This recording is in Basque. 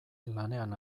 lanean